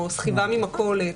או סחיבה ממכולת.